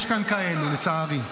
יש כאן כאלה, לצערי.